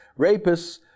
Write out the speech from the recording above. rapists